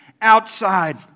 outside